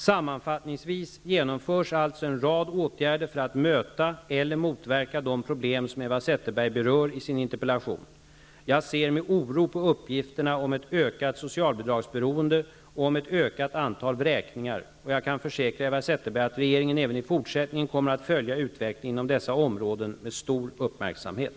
Sammanfattningsvis genomförs alltså en rad åtgärder för att möta eller motverka de problem som Eva Zetterberg berör i sin interpellation. Jag ser med oro på uppgifterna om ett ökat socialbidragsberoende och om ett ökat antal vräkningar, och jag kan försäkra Eva Zetterberg att regeringen även i fortsättningen kommer att följa utvecklingen inom dessa områden med stor uppmärksamhet.